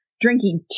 drinking